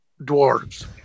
dwarves